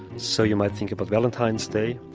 so you might think about valentine's day,